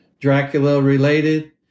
Dracula-related